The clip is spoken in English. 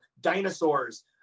dinosaurs